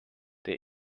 der